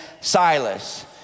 Silas